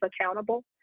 accountable